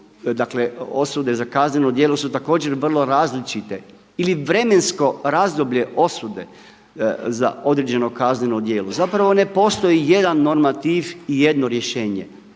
dakle osude za kazneno djelo su također vrlo različite ili vremensko razdoblje osude za određeno kazneno djelo. Zapravo ne postoji jedan normativ i jedno rješenje.